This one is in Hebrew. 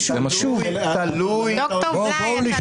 ד"ר גיא, אתה נותן לעובדות לבלבל אותנו.